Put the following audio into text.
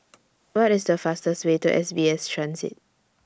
What IS The fastest Way to S B S Transit